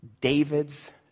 David's